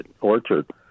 orchard